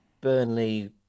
Burnley